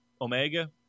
Omega